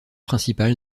principal